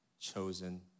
chosen